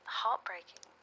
heartbreaking